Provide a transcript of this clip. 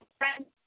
friends